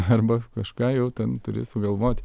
arba kažką jau ten turi sugalvot